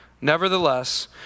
Nevertheless